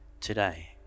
today